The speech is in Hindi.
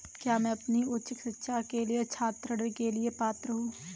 क्या मैं अपनी उच्च शिक्षा के लिए छात्र ऋण के लिए पात्र हूँ?